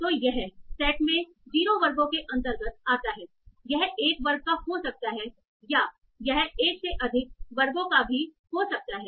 तो यह सेट में 0 वर्गों के अंतर्गत आता हैयह 1 वर्ग का हो सकता है या यह 1 से अधिक वर्गों का भी हो सकता है